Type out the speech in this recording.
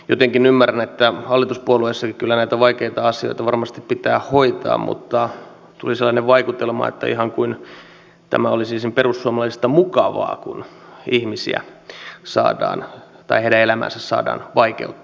jotenkin ymmärrän että hallituspuolueissakin kyllä näitä vaikeita asioita varmasti pitää hoitaa mutta tuli sellainen vaikutelma että ihan kuin tämä olisi perussuomalaisista mukavaa kun ihmisten elämää saadaan vaikeuttaa